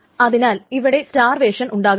അതിനാൽ ഇവിടെ സ്റ്റാർവേഷൻ ഉണ്ടാകുന്നില്ല